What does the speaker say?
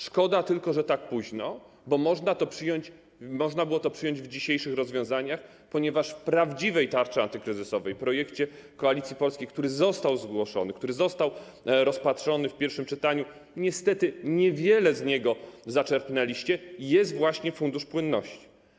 Szkoda tylko, że tak późno, bo można było to przyjąć w dzisiejszych rozwiązaniach, ponieważ w prawdziwej tarczy antykryzysowej, projekcie Koalicji Polskiej, który został zgłoszony, który został rozpatrzony w pierwszym czytaniu - niestety niewiele z niego zaczerpnęliście - jest właśnie fundusz płynności.